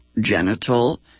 genital